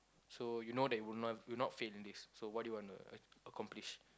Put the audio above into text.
so you know that you would you would not fail in this what would you wanna accomplish